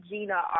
Gina